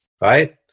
right